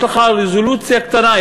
יש לך רזולוציה קטנה.